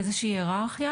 היררכיה.